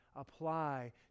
apply